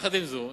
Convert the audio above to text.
עם זאת,